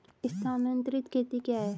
स्थानांतरित खेती क्या है?